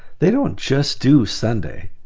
they don't just do sunday.